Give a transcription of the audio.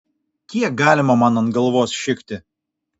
kiek galima man ant galvos šikti